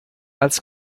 als